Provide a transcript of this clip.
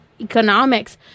Economics